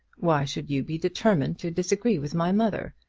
why should you be determined to disagree with my mother?